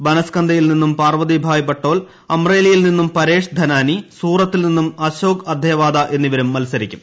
ബനസ്കന്ദയിൽ നിന്നും പാർതിഭായ് ഭട്ടോൽ അമ്മേലിയിൽ നിന്നും പരേഷ് ധനാനി സൂറത്തിൽ നിന്നും അശോക്ട് ആദ്ദേവാഡ എന്നിവരും മത്സരിക്കും